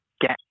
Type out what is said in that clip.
get